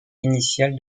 initial